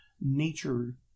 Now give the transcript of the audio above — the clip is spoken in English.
nature